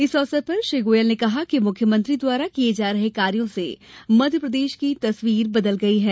इस अवसर पर श्री गोयल ने कहा कि मुख्यमंत्री द्वारा किये जा रहे कार्यों से मध्यप्रदेश की तस्वीर बदल गई है